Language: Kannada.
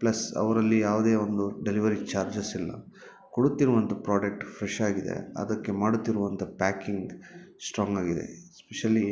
ಪ್ಲಸ್ ಅವರಲ್ಲಿ ಯಾವುದೇ ಒಂದು ಡೆಲಿವರಿ ಚಾರ್ಜಸ್ ಇಲ್ಲ ಕೊಡುತ್ತಿರುವಂಥ ಪ್ರಾಡಕ್ಟ್ಸ್ ಫ್ರೆಶ್ ಆಗಿದೆ ಅದಕ್ಕೆ ಮಾಡುತ್ತಿರುವಂಥ ಪ್ಯಾಕಿಂಗ್ ಸ್ಟ್ರಾಂಗ್ ಆಗಿದೆ ಸ್ಪೆಷಲಿ